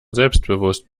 selbstbewusst